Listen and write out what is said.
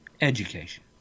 education